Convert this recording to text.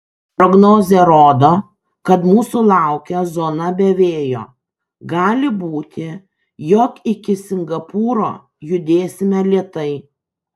prognozė rodo kad mūsų laukia zona be vėjo gali būti jog iki singapūro judėsime lėtai